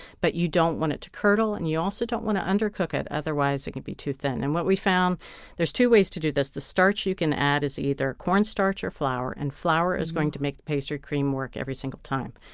but you don't want it to curdle. and you also don't want to undercook it. otherwise, it can be too thin. and we found there are two ways to do this. the starch you can add is either cornstarch or flour. and flour is going to make the pastry cream work every single time.